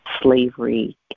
slavery